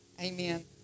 Amen